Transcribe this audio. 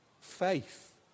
Faith